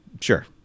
Sure